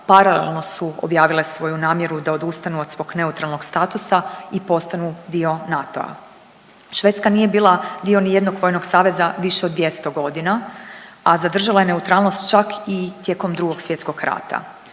paralelno su objavile svoju namjeru da odustanu od svog neutralnog statusa i postanu dio NATO-a. Švedska nije bila dio ni jednog vojnog saveza više od 200 godina, a zadržala je neutralnost čak i tijekom Drugog svjetskog rata.